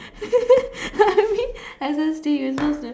I mean I just think you're supposed to